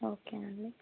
okay అండి